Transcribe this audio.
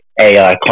AI